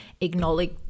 acknowledge